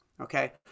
Okay